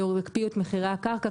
ויקפיאו את מחיר הקרקע,